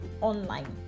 online